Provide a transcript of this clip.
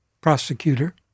prosecutor